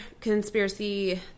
conspiracy